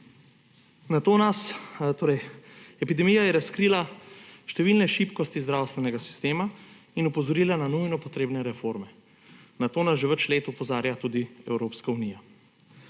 očitno. Torej, epidemija je razkrila številne šibkosti zdravstvenega sistema in opozorila na nujno potrebno reformo. Na to nas že več let opozarja tudi Evropska unija.